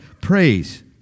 Praise